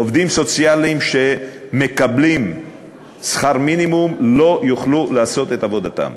עובדים סוציאליים שמקבלים שכר מינימום לא יוכלו לעשות את עבודתם.